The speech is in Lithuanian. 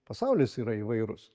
pasaulis yra įvairus